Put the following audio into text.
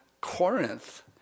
Corinth